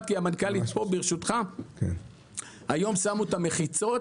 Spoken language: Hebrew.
היום שמו את המחיצות